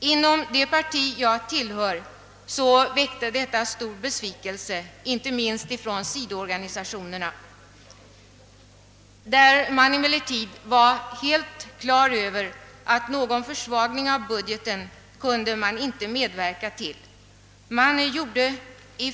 Inom det parti jag tillhör väckte detta stor besvikelse, inte minst hos sidoorganisationerna, där man emellertid var helt klar över att man inte kunde medverka till någon försvagning av budgeten.